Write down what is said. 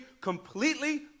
completely